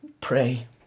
pray